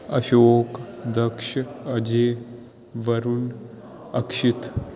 Ashok Daksh Ajay Varun Akshit